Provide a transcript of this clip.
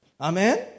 Amen